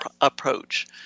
approach